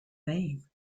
name